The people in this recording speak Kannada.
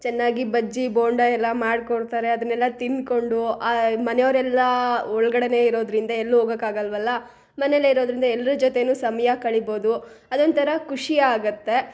ಚೆನ್ನಾಗಿ ಬಜ್ಜಿ ಬೋಂಡಾ ಎಲ್ಲ ಮಾಡಿಕೊಡ್ತಾರೆ ಅದನ್ನೆಲ್ಲ ತಿನ್ಕೊಂಡು ಮನೆಯವರೆಲ್ಲಾ ಒಳ್ಗಡೆಯೇ ಇರೋದರಿಂದ ಎಲ್ಲೂ ಹೋಗೊಕ್ಕಾಗೋಲ್ವಲ್ಲಾ ಮನೆಯಲ್ಲೇ ಇರೋದರಿಂದ ಎಲ್ಲರ ಜೊತೆಯೂ ಸಮಯ ಕಳಿಬೋದು ಅದೊಂಥರ ಖುಷಿಯಾಗುತ್ತೆ